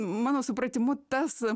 mano supratimu tas